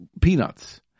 peanuts